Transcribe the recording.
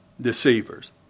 deceivers